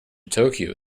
tokyo